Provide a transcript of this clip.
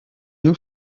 new